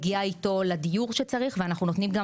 מגיעה איתו לדיור שצריך ואנחנו נותנים גם